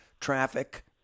Traffic